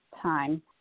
time